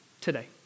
today